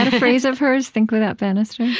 ah phrase of hers, think without bannisters?